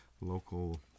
local